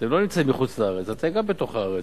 אתם לא נמצאים בחוץ-לארץ, אתם גם בתוך הארץ.